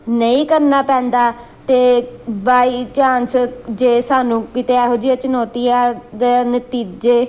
ਨਹੀਂ ਕਰਨਾ ਪੈਂਦਾ ਅਤੇ ਬਾਈ ਚਾਂਸ ਜੇ ਸਾਨੂੰ ਕਿਤੇ ਇਹੋ ਜਿਹੀਆ ਚੁਣੌਤੀ ਦਾ ਨਤੀਜੇ